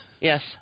Yes